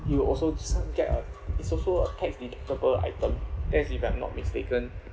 you will also this one get a it's also a tax deductible items that's if I'm not mistaken